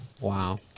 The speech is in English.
Wow